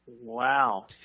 Wow